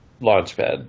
Launchpad